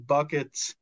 Buckets